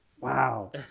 Wow